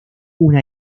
una